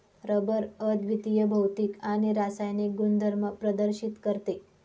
rubber अद्वितीय भौतिक आणि रासायनिक गुणधर्म प्रदर्शित करते